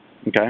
Okay